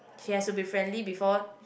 she has to be friendly before